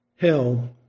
hell